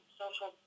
social